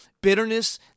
bitterness